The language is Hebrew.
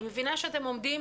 אני מבינה שאתם עומדים